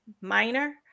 Minor